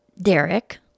Derek